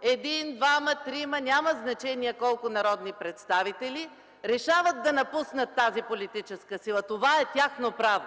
един, двама, трима, няма значение колко народни представители, решават да напуснат тази политическа сила. Това е тяхно право,